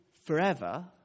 forever